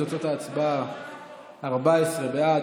תוצאות ההצבעה הן 14 בעד,